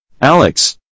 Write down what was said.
Alex